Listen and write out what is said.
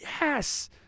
yes